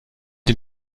den